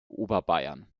oberbayern